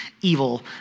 evil